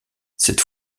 cette